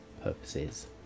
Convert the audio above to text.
purposes